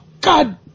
God